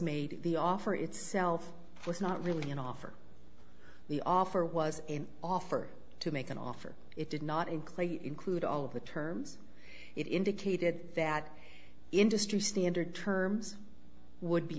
made the offer itself was not really an offer the offer was in offer to make an offer it did not include include all of the terms it indicated that industry standard terms would be